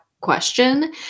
question